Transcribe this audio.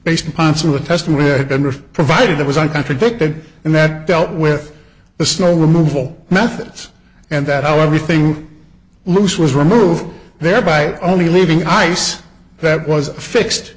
to provide that was one contradicted and that dealt with the snow removal methods and that how everything loose was removed thereby only leaving ice that was fixed